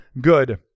good